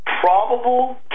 probable